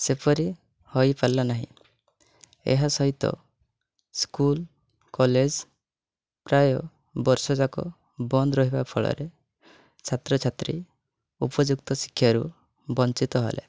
ସେପରି ହୋଇପାରିଲା ନାହିଁ ଏହା ସହିତ ସ୍କୁଲ୍ କଲେଜ୍ ପ୍ରାୟ ବର୍ଷଯାକ ବନ୍ଦ ରହିବା ଫଳରେ ଛାତ୍ର ଛାତ୍ରୀ ଉପଯୁକ୍ତ ଶିକ୍ଷାରୁ ବଞ୍ଚିତ ହେଲେ